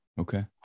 okay